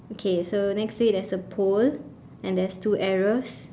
okay so next to it there's a pole and there's two arrows